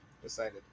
Decided